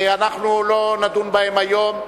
אנחנו לא נדון בהן היום,